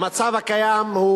המצב הקיים הוא